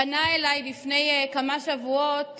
פנה אליי לפני כמה שבועות